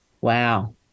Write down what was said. Wow